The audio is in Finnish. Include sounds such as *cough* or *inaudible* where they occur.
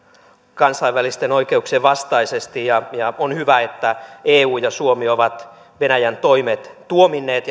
kansainvälisten oikeuksien vastaisesti ja ja on hyvä että eu ja suomi ovat venäjän toimet tuominneet *unintelligible*